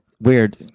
weird